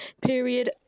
period